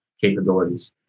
capabilities